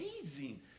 amazing